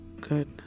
good